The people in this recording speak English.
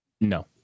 No